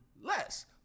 less